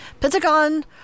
Pentagon